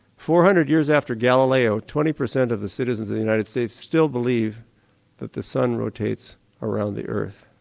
four hundred years after galileo twenty percent of the citizens of the united states still believe that the sun rotates around the earth.